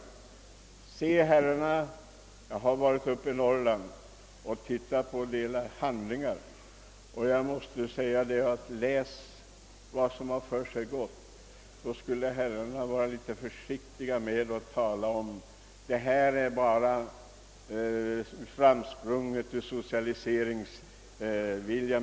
Jag har, mina herrar, varit uppe i Norrland och sett på en del handlingar, och jag måste säga: Läs om vad som har försiggått! Om ni hade gjort detta skulle ni vara litet försiktiga och inte påstå att motionärernas yrkande bara är framsprunget ur socialiseringsvilja.